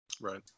Right